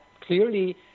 clearly